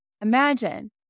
Imagine